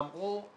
אמרו,